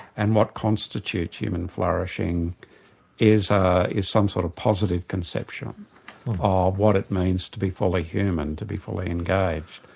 and what constitutes human flourishing is ah is some sort of positive conception of what it means to be fully human, to be fully engaged.